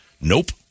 Nope